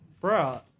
Bro